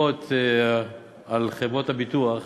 המילה אזרחות בעברית מסמלת אזרח,